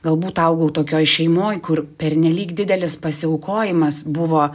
galbūt augau tokioj šeimoj kur pernelyg didelis pasiaukojimas buvo